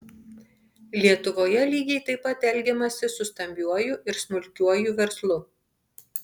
lietuvoje lygiai taip pat elgiamasi su stambiuoju ir smulkiuoju verslu